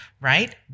right